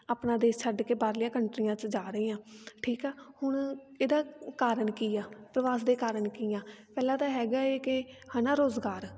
ਆਪਣਾ ਦੇਸ਼ ਛੱਡ ਕੇ ਬਾਹਰਲੀਆਂ ਕੰਟਰੀਆਂ 'ਚ ਜਾ ਰਹੇ ਆਂ ਠੀਕ ਆ ਹੁਣ ਇਹਦਾ ਕਾਰਨ ਕੀ ਆ ਪ੍ਰਵਾਸ ਦੇ ਕਾਰਨ ਕੀ ਆ ਪਹਿਲਾਂ ਤਾਂ ਹੈਗਾ ਹੈ ਕਿ ਹੈ ਨਾ ਰੁਜ਼ਗਾਰ